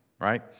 right